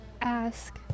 ask